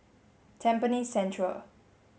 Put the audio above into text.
Tampines Central